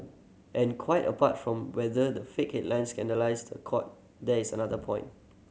and quite apart from whether the fake headlines scandalise the Court there is another point